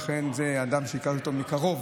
אכן, זה אדם שהכרתי אותו מקרוב,